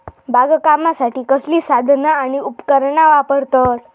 बागकामासाठी कसली साधना आणि उपकरणा वापरतत?